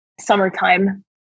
Summertime